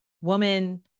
woman